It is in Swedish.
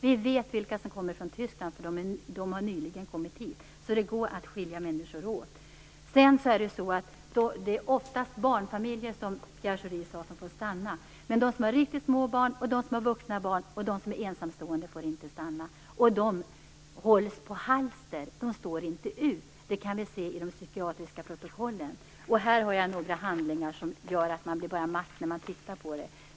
Vi vet vilka som kommer från Tyskland, för de har nyligen kommit hit. Det går alltså att skilja människor åt. Det är oftast barnfamiljer, som Pierre Schori sade, som får stanna, men de som har riktigt små barn, de som har vuxna barn och de som är ensamstående får inte stanna. De hålls på halster, och de står inte ut. Det kan vi se i de psykiatriska protokollen. Här har jag några handlingar som gör en matt när man tittar på dem.